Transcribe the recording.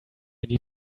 need